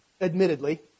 Admittedly